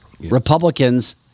Republicans